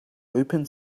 open